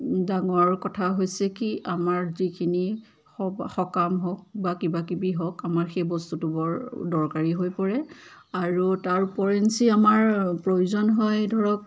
ডাঙৰ কথা হৈছে কি আমাৰ যিখিনি সকাম হওক বা কিবাকিবি হওক আমাৰ সেই বস্তুটো বৰ দৰকাৰী হৈ পৰে আৰু তাৰ উপৰেঞ্চি আমাৰ প্ৰয়োজন হয় ধৰক